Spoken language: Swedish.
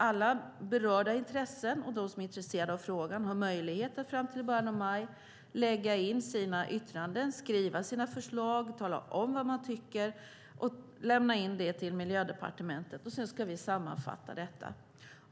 Alla berörda intressen och de som är intresserade av frågan har möjlighet att fram till i början av maj göra sina yttranden, skriva sina förslag, tala om vad man tycker och lämna in det till Miljödepartementet, och sedan ska vi sammanfatta detta.